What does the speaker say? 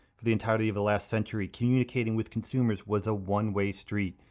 for the entirety of the last century, communicating with consumers was a one-way street.